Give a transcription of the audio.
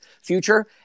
future